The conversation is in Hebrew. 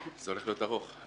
זה הולך להיות ארוך.